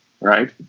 right